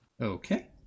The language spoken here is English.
Okay